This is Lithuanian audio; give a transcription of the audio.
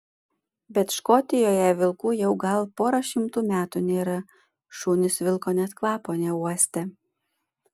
bet škotijoje vilkų jau gal pora šimtų metų nėra šunys vilko net kvapo neuostę